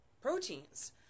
proteins